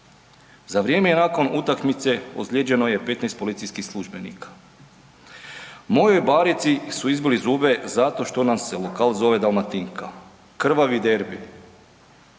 za vrijeme i nakon utakmice ozlijeđeno je 15 policijskih službenika, mojoj Barici su izbili zube zato što nam se lokal zove Dalmatinka, krvavi derbi.